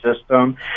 system